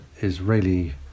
Israeli